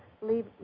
leave